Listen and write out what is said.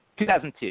2002